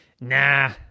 Nah